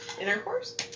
intercourse